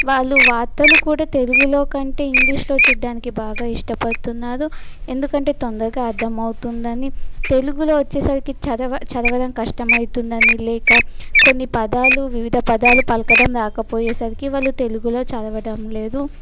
వాళ్ళు వార్తలు కూడా తెలుగులో కంటే ఇంగ్లీష్లో చూడడానికి బాగా ఇష్టపతున్నారు ఎందుకంటే తొందరగా అద్దమౌతుందని తెలుగులో వచ్చేసరికి చదవ చదవడం కష్టమైతుందని లేక కొన్ని పదాలు వివిధ పదాలు పలకటం రాకపోయేసరికి వాళ్ళు తెలుగులో చదవటం లేదు